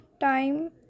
time